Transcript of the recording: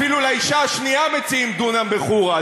אפילו לאישה השנייה מציעים דונם בח'ורה.